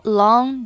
long